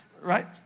Right